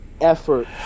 effort